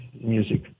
music